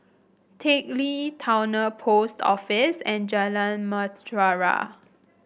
Teck Lee Towner Post Office and Jalan Mutiara